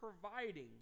providing